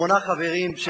שמונה חברים,